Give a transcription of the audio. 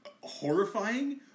horrifying